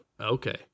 Okay